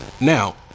now